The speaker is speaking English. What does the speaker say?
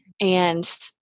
and-